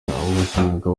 wasangaga